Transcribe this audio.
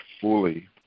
fully